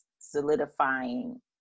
solidifying